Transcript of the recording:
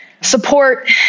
support